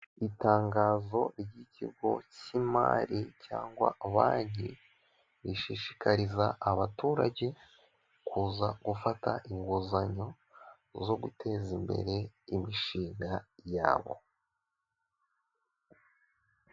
Itangazo ry'ikigo cy'imari cyangwa banki rishishikariza abaturage kuza gufata inguzanyo zo guteza imbere imishinga yabo.